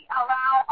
allow